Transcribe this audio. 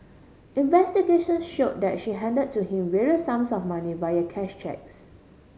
investigation show that she hand to him various sums of money via cash cheques